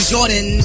Jordan